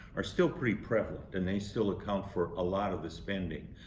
are still pretty prevalent and they still account for a lot of the spending.